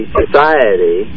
society